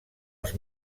els